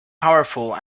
powerful